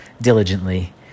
diligently